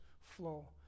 flow